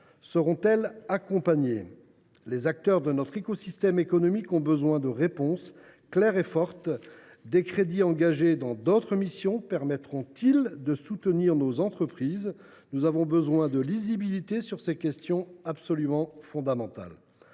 Seront elles accompagnées ? Les acteurs de notre écosystème économique ont besoin de réponses claires et fortes. Des crédits engagés dans d’autres missions permettront ils de soutenir nos entreprises ? Nous avons besoin de lisibilité sur ces questions absolument fondamentales.